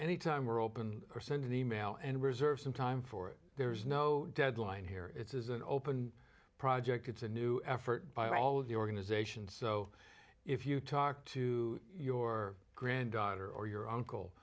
any time we're open or send an e mail and reserve some time for it there's no deadline here it's is an open project it's a new effort by all of the organization so if you talk to your granddaughter or your uncle